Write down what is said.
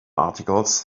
articles